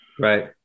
Right